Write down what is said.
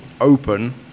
open